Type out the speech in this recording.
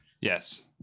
Yes